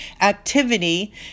activity